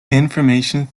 information